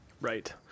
Right